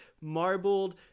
marbled